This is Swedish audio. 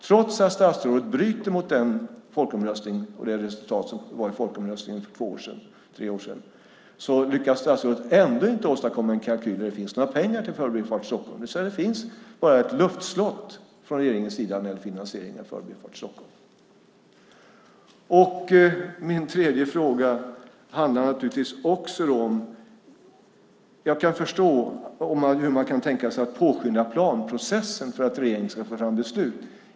Trots att statsrådet bryter mot överenskommelsen i folkomröstningen lyckas statsrådet inte åstadkomma en kalkyl där det finns några pengar till Förbifart Stockholm. Det finns bara ett luftslott från regeringens sida när det gäller finansieringen av Förbifart Stockholm. Jag kan förstå hur man kan tänka sig att påskynda planprocessen för att regeringen ska få fram beslut.